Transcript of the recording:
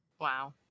wow